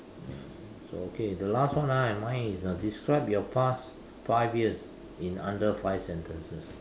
ya so okay the last one ah and mine is uh describe your past five years in under five sentences